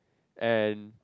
and